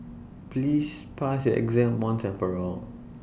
please pass your exam once and for all